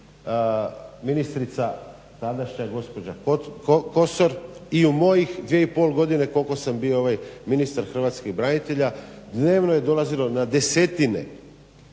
ministrica tadašnja gospođa Kosor i u mojih 2,5 godine koliko sam bio ministar hrvatskih branitelja dnevno je dolazilo na desetine